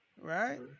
Right